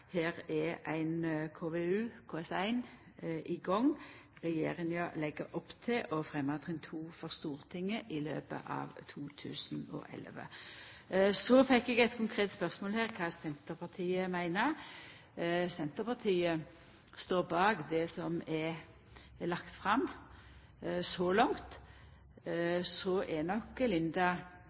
Her er ein KVU/KS1 i gang. Regjeringa legg opp til å fremma trinn 2 for Stortinget i løpet av 2011. Så fekk eg eit konkret spørsmål her om kva Senterpartiet meiner. Senterpartiet står bak det som er lagt fram så langt. Representanten Hofstad Helleland sitt eksempel her er nok